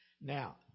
Now